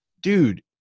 dude